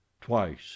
Twice